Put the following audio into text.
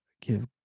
give